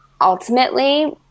ultimately